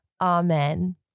Amen